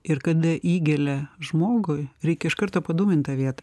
ir kada įgelia žmogui reikia iš karto padūmint tą vietą